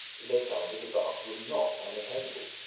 they found that a bath was not unattainable,